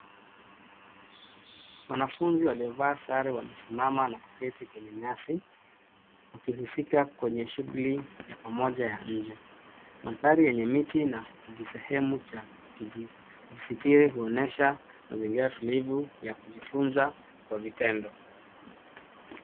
Wanafunzi waliovaa sare wamesimama na kuketi kwenye nyasi wakihusika kwenye shughuli ya pamoja ya nje. Mandhari yenye miti na kijisehemu cha kujisitiri huonyesha mazingira tulivu ya kujifunza kwa vitendo.